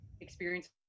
experience